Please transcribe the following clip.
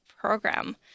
program